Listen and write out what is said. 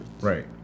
Right